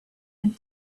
and